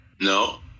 No